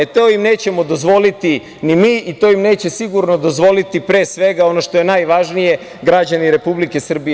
E, to im nećemo dozvoliti ni mi, to im neće sigurno dozvoliti, pre svega, ono što je najvažnije, ni građani Republike Srbije.